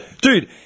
dude